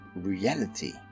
reality